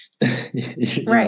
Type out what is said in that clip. Right